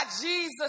Jesus